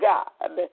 God